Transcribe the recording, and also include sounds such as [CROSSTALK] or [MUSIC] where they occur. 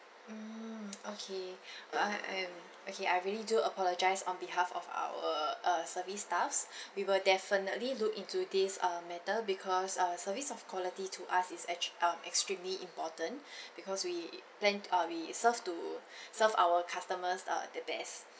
mm okay I I'm okay I really do apologise on behalf of our uh service staffs we will definitely look into this uh matter because uh service of quality to us is actu~ um extremely important [BREATH] because we plan uh we serve to serve our customers uh the best